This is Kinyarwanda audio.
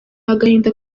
agahinda